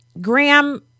Graham